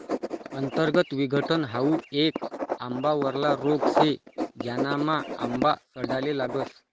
अंतर्गत विघटन हाउ येक आंबावरला रोग शे, ज्यानामा आंबा सडाले लागस